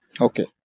Okay